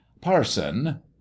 parson